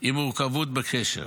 עם מורכבות בקשר.